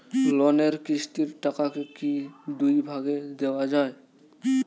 লোনের কিস্তির টাকাকে কি দুই ভাগে দেওয়া যায়?